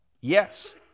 Yes